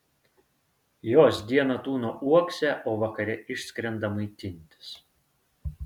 jos dieną tūno uokse o vakare išskrenda maitintis